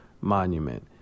monument